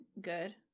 good